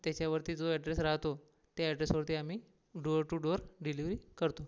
त्याच्यावरती जो ॲड्रेस राहतो ते ॲड्रेसवरती आम्ही डोअर टू डोअर डिलीवरी करतो